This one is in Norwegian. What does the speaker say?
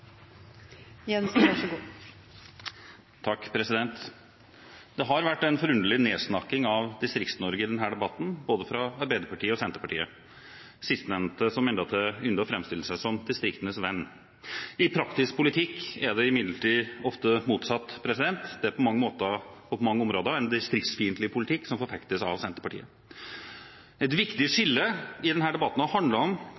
Det har vært en forunderlig nedsnakking av Distrikts-Norge i denne debatten, fra både Arbeiderpartiet og Senterpartiet, sistnevnte som endatil ynder å framstille seg som distriktenes venn. I praktisk politikk er det imidlertid ofte motsatt, det er på mange måter og på mange områder en distriktsfiendtlig politikk som forfektes av Senterpartiet. Et viktig skille i denne debatten har handlet om